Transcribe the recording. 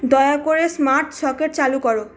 দয়া করে smart socket চালু করো